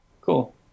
Cool